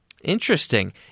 Interesting